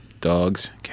Dogs